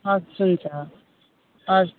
हवस् हुन्छ हवस्